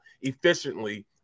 efficiently